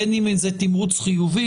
בין אם זה תמרוץ חיובי,